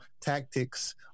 tactics